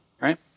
right